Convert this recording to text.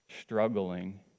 struggling